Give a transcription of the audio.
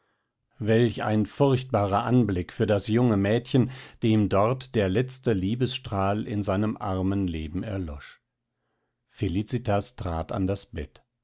welch ein furchtbarer anblick für das junge mädchen dem dort der letzte liebesstrahl in seinem armen leben erlosch felicitas trat an das bett